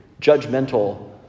judgmental